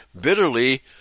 bitterly